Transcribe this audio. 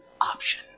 option